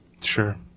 Sure